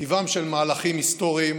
טיבם של מהלכים היסטוריים